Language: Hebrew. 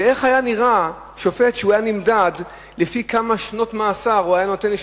ואיך היה נראה שופט שהיה נמדד לפי כמה שנות מאסר הוא נותן,